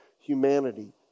humanity